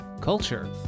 culture